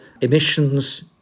emissions